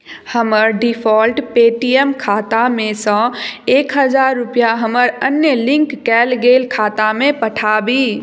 हमर default Paytm खाता मे सँ एक हजार रुपैआ हमर अन्य लिंक कयल गेल खाता मे पठाबी